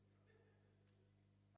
Дякую,